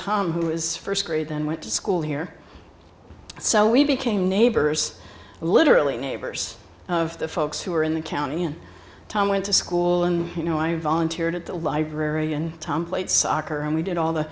tom who is first grade and went to school here so we became neighbors literally neighbors of the folks who were in the county and tom went to school and you know i volunteered at the library and tom played soccer and we did all the